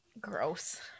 Gross